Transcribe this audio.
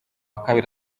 kabiri